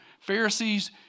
Pharisees